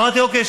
אמרתי: אוקיי,